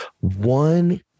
one